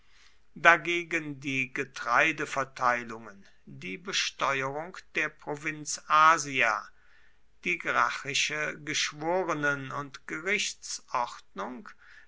dagegen die getreideverteilungen die besteuerung der provinz asia die gracchische geschworenen und